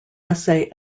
essay